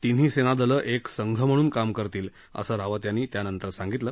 तिन्ही सेनादलं एक संघ म्हणून काम करतील असं रावत यांनी त्यानंतर सांगितलं